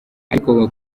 ariko